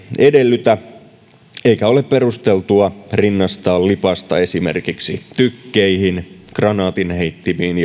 edellytä eikä ole perusteltua rinnastaa lipasta esimerkiksi tykkeihin kranaatinheittimiin